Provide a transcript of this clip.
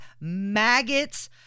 maggots